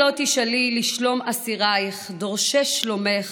הלא תשאלי לשלום אסיריך / דורשי שלומך,